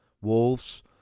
Wolves